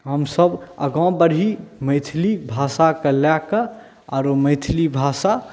हमसब आगाँ बढ़ी मैथिली भाषाके लऽ कऽ आओर मैथिली भाषा